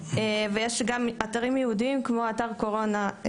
ויש גם אתרים ייעודיים כמו אתר קורונה,